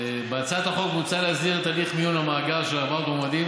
בהצעת החוק מוצע להסדיר את הליך מיון המאגר של 400 המועמדים,